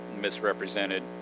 misrepresented